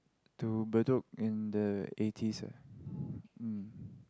to Bedok in the eighties ah mm